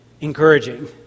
encouraging